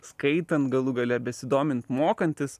skaitant galų gale besidomint mokantis